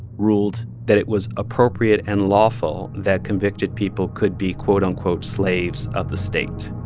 ruled. that it was appropriate and lawful that convicted people could be, quote-unquote, slaves of the state.